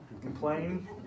complain